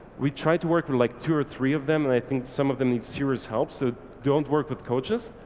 we try to work for like two or three of them, and i think some of them need serious help. so don't don't work with coaches.